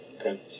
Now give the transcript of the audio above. Okay